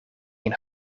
een